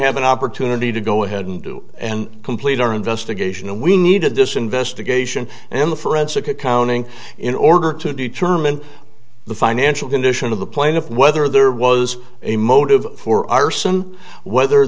have an opportunity to go ahead and do and complete our investigation and we needed this investigation and the forensic accounting in order to determine the financial condition of the plaintiff whether there was a motive for arson whether